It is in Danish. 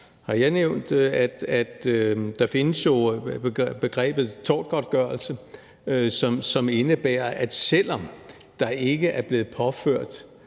har jeg nævnt, at begrebet tortgodtgørelse jo findes, som indebærer, at selv om der ikke er blevet påført